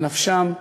על נפשם.